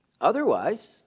Otherwise